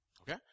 Okay